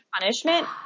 punishment